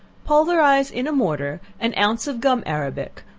pulverize in a mortar an ounce of gum arabic,